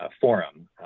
forum